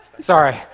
sorry